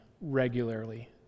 regularly